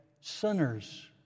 sinners